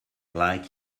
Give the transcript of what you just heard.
like